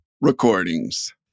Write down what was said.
recordings